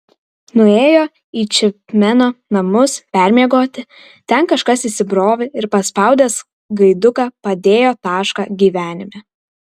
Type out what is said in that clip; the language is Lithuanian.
nuėjo į čepmeno namus permiegoti ten kažkas įsibrovė ir paspaudęs gaiduką padėjo tašką gyvenime